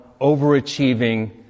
overachieving